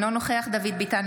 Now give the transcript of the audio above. אינו נוכח דוד ביטן,